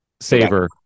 savor